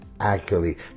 accurately